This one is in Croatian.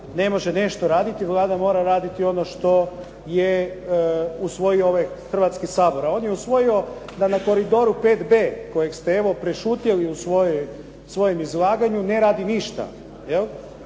ne može nešto raditi, Vlada mora raditi ono što je usvojio ovaj Hrvatski sabor. A on je usvojio da na koridoru 5b kojeg ste evo prešutjeli u svojem izlaganju ne radi ništa.